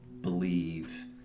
believe